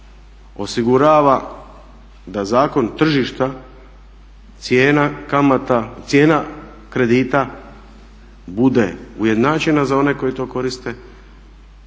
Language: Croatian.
osigurava da zakon tržišta, cijena kredita bude ujednačena za one koji to koriste